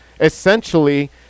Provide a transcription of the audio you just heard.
essentially